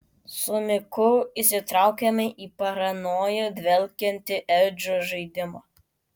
su miku įsitraukėme į paranoja dvelkiantį edžio žaidimą